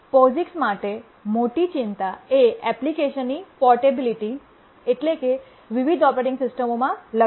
POSIX માટે મોટી ચિંતા એ એપ્લિકેશનની પૉર્ટબિલિટિ એટલે કે વિવિધ ઓપરેટિંગ સિસ્ટમોમાં લખેલી